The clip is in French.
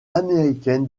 américaine